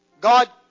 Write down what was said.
God